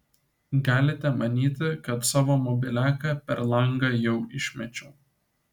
galite manyti kad savo mobiliaką per langą jau išmečiau